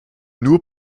nur